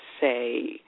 say